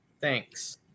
Thanks